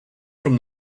from